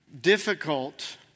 difficult